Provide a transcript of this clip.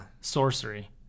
Sorcery